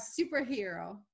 superhero